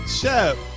Chef